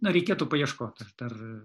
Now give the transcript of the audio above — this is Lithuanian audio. na reikėtų paieškot aš dar